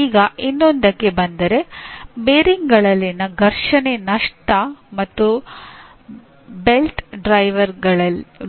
ಈಗ ಇನ್ನೊಂದಕ್ಕೆ ಬಂದರೆ ಬೇರಿಂಗ್ಗಳಲ್ಲಿನ ಘರ್ಷಣೆ ನಷ್ಟ ಮತ್ತು ಬೆಲ್ಟ್